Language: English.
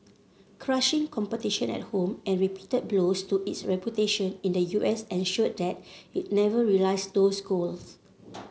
crushing competition at home and repeated blows to its reputation in the U S ensured that it never realised those goals